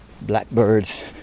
blackbirds